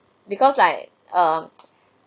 because like err